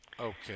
Okay